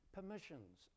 Permissions